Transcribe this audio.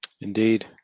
Indeed